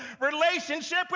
relationship